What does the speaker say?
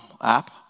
app